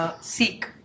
seek